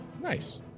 Nice